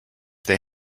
they